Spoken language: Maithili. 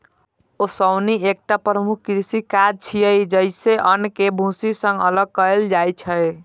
ओसौनी एकटा प्रमुख कृषि काज छियै, जइसे अन्न कें भूसी सं अलग कैल जाइ छै